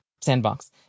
sandbox